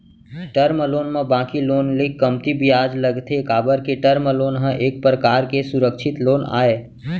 term loan म बाकी loan ले कमती बियाज लगथे काबर के टर्म लोन ह एक परकार के सुरक्छित लोन आय